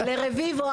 לרביבו,